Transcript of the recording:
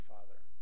Father